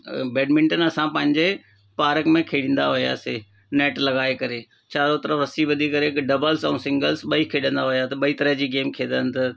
badminton असां पंहिंजे park में खेॾंदा हुयासि नैट लॻाए करे चारों तरफ़ु रसी ॿधी करे डबल्स ऐं सिंगल्स ॿई खेॾंदा हुया त ॿई तरह जी गेम खेॾनि त